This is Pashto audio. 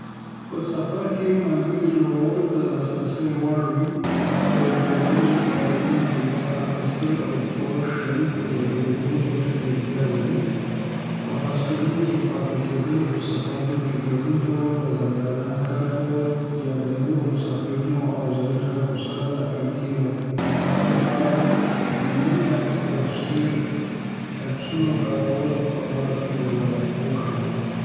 په سفر کې ملګري جوړول د لاسرسي وړ وي، په ډله ایزو فعالیتونو کې برخه اخیستل، او په شریکو تجربو کې ښکیلتیا لري. په هاسټلونو کې پاتې کیدل، په سفرونو کې ګډون کول، رضاکارانه کار کول، یا د نورو مسافرینو او ځایی خلکو سره د اړیکې لپاره د میټ اپ په څیر ایپسونو کارولو په اړه فکر وکړئ.